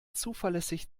zuverlässig